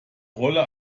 rolle